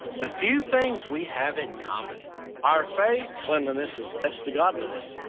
the few things we have in common our faith cleanliness is next to godliness.